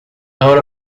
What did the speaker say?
out